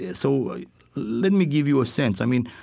yeah so let me give you a sense. i mean,